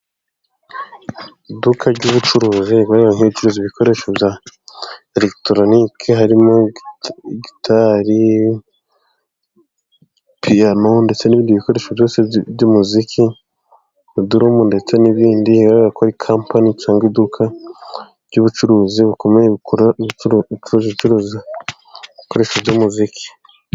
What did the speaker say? Iduka ry'ubucuruzi rigaragara nkiri curuza ibikoresho bya eregitoronike harimo: gitari, piyano ndetse n'ibindi bikoresho byose by'umuziki, idurumu ndetse n'ibindi bigaragara ko ari kampani cyangwa iduka ry'ubucuruzi bukomeye bikoracuruza ucuruza ibikoresho by'umuziki.